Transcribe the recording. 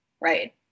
right